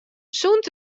sûnt